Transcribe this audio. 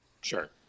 sure